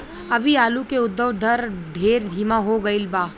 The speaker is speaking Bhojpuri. अभी आलू के उद्भव दर ढेर धीमा हो गईल बा